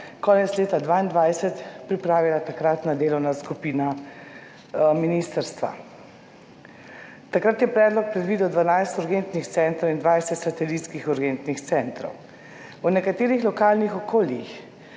konec leta 2022 pripravila takratna delovna skupina ministrstva. Takrat je predlog predvidel 12 urgentnih centrov in 20 satelitskih urgentnih centrov. V nekaterih lokalnih okoljih,